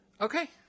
Okay